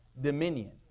dominion